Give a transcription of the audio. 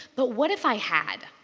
but what if i had?